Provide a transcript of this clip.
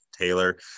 taylor